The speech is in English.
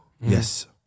Yes